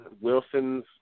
Wilson's